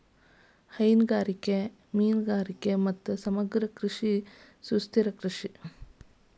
ಹೈನುಗಾರಿಕೆ, ಮೇನುಗಾರಿಗೆ ಮತ್ತು ಸಮಗ್ರ ಕೃಷಿ ಸುಸ್ಥಿರ ಕೃಷಿ